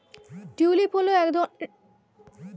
tulip হল এক ধরনের ফুল যা টিউলিপ গাছ থেকে পাওয়া যায়